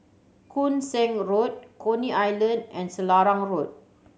Koon Seng Road Coney Island and Selarang Road